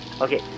Okay